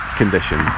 condition